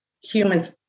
humans